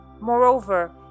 Moreover